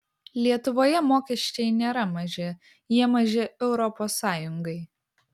lietuvoje mokesčiai nėra maži jie maži europos sąjungai